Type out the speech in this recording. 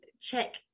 check